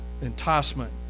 enticement